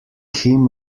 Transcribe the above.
him